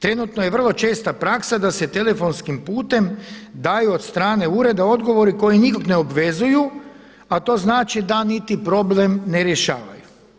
Trenutno je vrlo česta praksa da se telefonskim putem daju od strane ureda odgovori koji nikog ne obvezuju, a to znači da niti problem ne rješavaju.